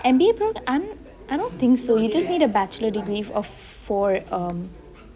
M_B_A program I'm I don't think so you just need a bachelor degree of four um